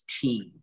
team